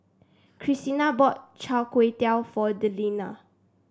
Krystina bought Chai Tow Kuay for Delina